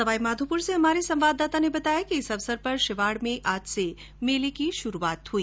सवाईमाधोपुर से हमारे संवाददाता ने बताया कि इस अवसर पर शिवाड़ में आज से मेले की शुरूआत हुई